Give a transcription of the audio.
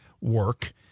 work